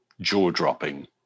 jaw-dropping